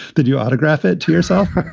did you autograph it to yourself?